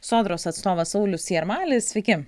sodros atstovas saulius jarmalis sveiki